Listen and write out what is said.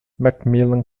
mcmillan